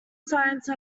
science